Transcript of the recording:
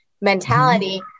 mentality